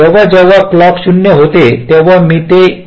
जेव्हा जेव्हा क्लॉक 0 होते तेव्हा मी जे म्हणतो तेच होते